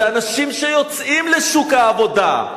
זה אנשים שיוצאים לשוק העבודה,